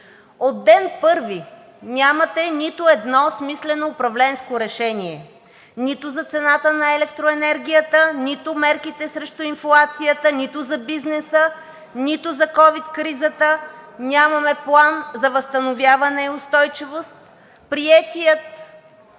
От ден първи нямате нито едно смислено управленско решение – нито за цената на електроенергията, нито мерките срещу инфлацията, нито за бизнеса, нито за ковид кризата, нямаме План за възстановяване и устойчивост. Приетият